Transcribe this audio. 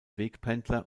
wegpendler